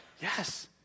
Yes